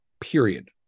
period